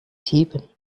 sieben